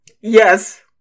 yes